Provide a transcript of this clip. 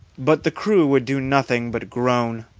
but the crew would do nothing but groan.